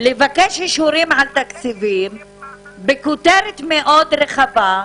לבקש אישורים על תקציבים בכותרת מאוד רחבה,